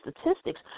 statistics